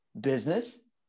business